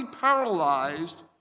paralyzed